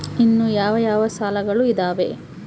ಇನ್ನು ಯಾವ ಯಾವ ಸಾಲಗಳು ಇದಾವೆ?